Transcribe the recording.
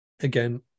again